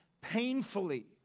painfully